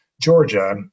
Georgia